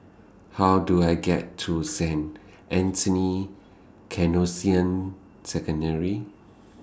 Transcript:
How Do I get to Saint Anthony's Canossian Secondary